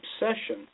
obsession